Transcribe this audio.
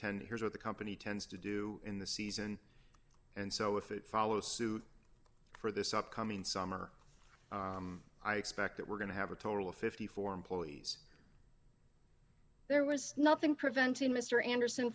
tend here's what the company tends to do in the season and so if it follows suit for this upcoming summer i expect that we're going to have a total of fifty four dollars employees there was nothing preventing mr anderson